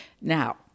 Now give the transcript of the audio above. Now